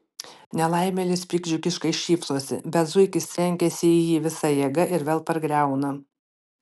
nelaimėlis piktdžiugiškai šypsosi bet zuikis trenkiasi į jį visa jėga ir vėl pargriauna